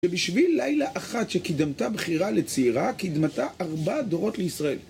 ובשביל לילה אחת שקידמתה בכירה לצעירה קידמתה ארבעה דורות לישראל